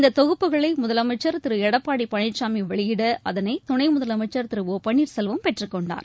இந்த தொகுப்புகளை முதலமைச்சர் திரு எடப்பாடி பழனிசாமி வெளியிட அதனை துணை முதலமைச்சர் திரு ஒ பன்னீர் செல்வம் பெற்றுக்கொண்டார்